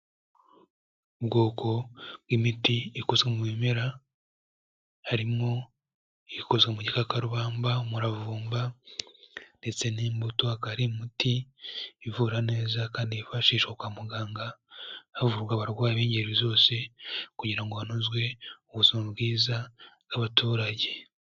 Ubwoko bw'imiti ikozwe mu bimera, harimo ibikozwe mu gikakarubamba, umuravumba ndetse n'imbuto, akaba ari imiti ivura neza kandi yifashishwa kwa muganga, havurwa abarwayi b'ingeri zose kugira ngo hanozwe ubuzima bwiza bw'abaturage.